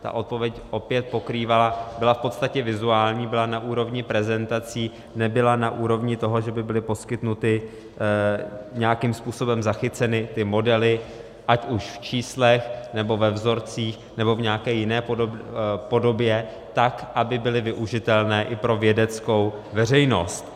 Ta odpověď byla v podstatě vizuální, byla na úrovni prezentací, nebyla na úrovni toho, že by byly poskytnuty a nějakým způsobem zachyceny modely ať už v číslech, nebo ve vzorcích, nebo v nějaké jiné podobě tak, aby byly využitelné i pro vědeckou veřejnost.